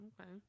Okay